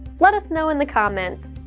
let us know in the comments.